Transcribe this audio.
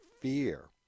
fear